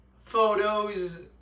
photos